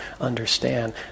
understand